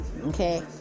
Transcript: Okay